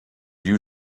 you